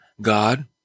God